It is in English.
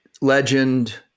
legend